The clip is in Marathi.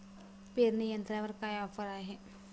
पेरणी यंत्रावर काय ऑफर आहे?